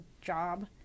job